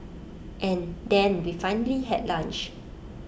and then we finally had lunch